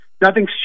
Nothing's